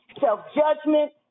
self-judgment